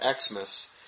Xmas